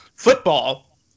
Football